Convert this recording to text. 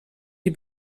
die